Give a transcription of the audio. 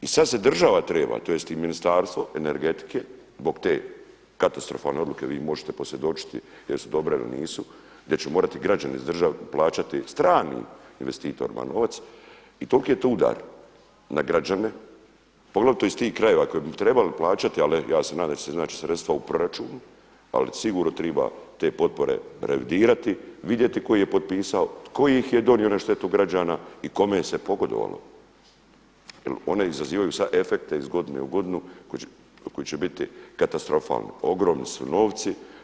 I sada se država treba, tj. i Ministarstvo energetike zbog te katastrofalne odluke vi možete posvjedočiti jesu li dobre ili nisu gdje će morati građani plaćati strani investitor … i toliki je to udar na građane, poglavito iz tih krajeva koji bi trebali plaćati ali ja se nadam da će se iznaći sredstva u proračunu, ali sigurno treba te potpore revidirati, vidjeti tko ih je potpisao, tko ih je donio na štetu građana i kome se pogodovalo jer one izazivaju efekte iz godine u godinu koji će biti katastrofalni, ogromni su novci.